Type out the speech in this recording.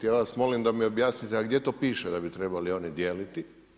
Ja vas molim da mi objasnite a gdje to piše da bi trebali oni dijeliti?